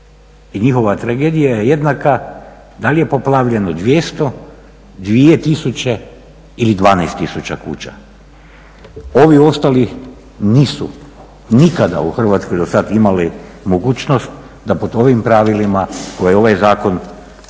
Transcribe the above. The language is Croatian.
njihova tragedija je jednaka da li je poplavljeno 200, 2 tisuće ili 12 tisuća kuća, ovi ostali nisu nikada u Hrvatskoj do sada imali mogućnost da po ovim pravilima koje ovaj zakon donosi